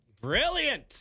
Brilliant